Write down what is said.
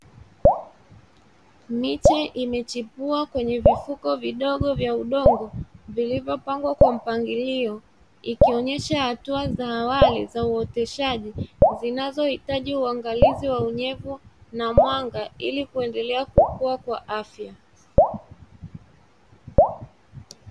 Miche imechipua kwenye vifuko vidogo vya udongo, vilivyopangwa kwa mpangilio, ikionyesha hatua za awali za uoteshaji, zinazohitaji uangalizi wa unyevu na mwanga ili kuendelea kukua kwa afya.